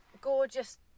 gorgeous